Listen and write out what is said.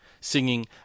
Singing